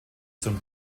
zum